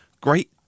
great